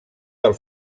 del